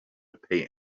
pay